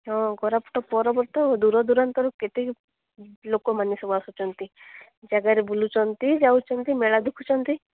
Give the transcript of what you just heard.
ହଁ କୋରାପୁଟ ପର୍ବତ ଦୂର ଦୂରନ୍ତରୁ କେତେ ଲୋକମାନେ ସବୁ ଆସୁଛନ୍ତି ଜାଗାରେ ବୁଲୁଛନ୍ତି ଯାଉଛନ୍ତି ମେଳା ଦେଖୁଛନ୍ତି